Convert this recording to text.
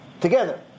together